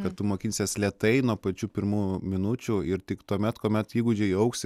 kad tu mokinsiesi lėtai nuo pačių pirmų minučių ir tik tuomet kuomet įgūdžiai augs